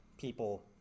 people